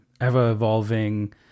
ever-evolving